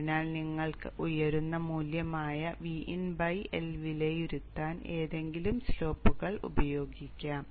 അതിനാൽ നിങ്ങൾക്ക് ഉയരുന്ന മൂല്യമായ Vin L വിലയിരുത്താൻ ഏതെങ്കിലും സ്ലോപ്പ്കൾ ഉപയോഗിക്കാം